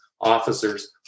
officers